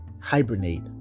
hibernate